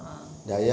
ah